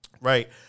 right